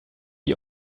you